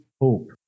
hope